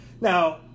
now